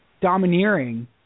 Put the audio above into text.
domineering